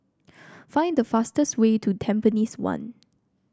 find the fastest way to Tampines one